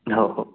हो हो